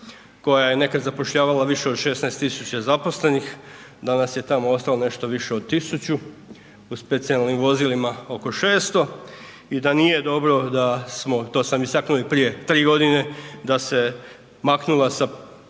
koja je nekad zapošljavala više od 16.000 zaposlenih, danas je tamo ostalo nešto više od 1.000, u specijalnim vozilima oko 600 i da nije dobro da smo, to sam istaknuo i prije 3 godine, da se maknula sa